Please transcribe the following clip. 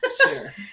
Sure